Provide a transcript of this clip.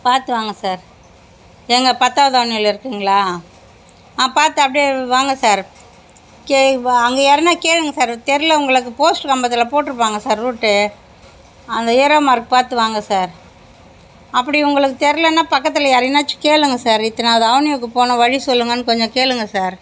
பார்த்து வாங்க சார் எங்கே பத்தாவது அவனியூவில் இருக்கீங்களா ஆ பார்த்து அப்படியே வாங்க சார் அங்கே யாருனா கேளுங்கள் சார் தெரில உங்களுக்கு போஸ்ட்டு கம்பத்தில் போட்டிருப்பாங்க சார் ரூட்டு அந்த ஏரோ மார்க் பார்த்து வாங்க சார் அப்படி உங்களுக்கு தெரிலனா பக்கத்தில் யாரையாச்சும் கேளுங்கள் சார் எத்தனாவுது அவனியூவுக்கு போகணும் வழி சொல்லுங்கன்னு கொஞ்சம் கேளுங்கள் சார்